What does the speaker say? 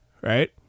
right